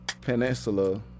Peninsula